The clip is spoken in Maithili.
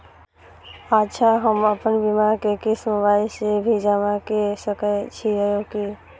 अच्छा हम आपन बीमा के क़िस्त मोबाइल से भी जमा के सकै छीयै की?